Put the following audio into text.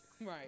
Right